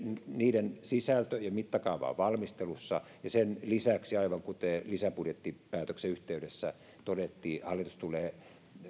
niiden sisältö ja mittakaava ovat valmistelussa niiden päätösten lisäksi aivan kuten lisäbudjettipäätöksen yhteydessä todettiin hallitus tulee